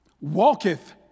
walketh